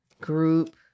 group